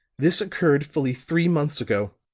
this occurred fully three months ago,